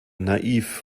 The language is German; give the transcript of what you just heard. naiv